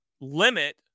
limit